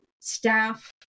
staff